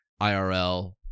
irl